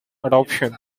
adoption